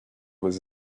was